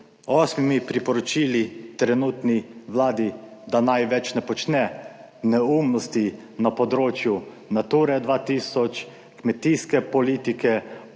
osmimi priporočili trenutni Vladi, da naj več ne počne neumnosti na področju Nature 2000, kmetijske politike,